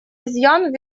изъян